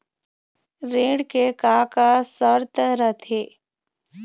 ऋण के का का शर्त रथे?